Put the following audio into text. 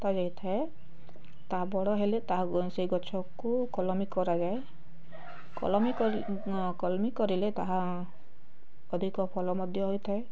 ପୋତା ଯାଇଥାଏ ତାହା ବଡ଼ ହେଲେ ତାହା ସେହି ଗଛକୁ କଲମୀ କରାଯାଏ କଲମୀ କରି କଲମୀ କରିଲେ ତାହା ଅଧିକ ଭଲ ମଧ୍ୟ ହୋଇଥାଏ